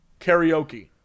karaoke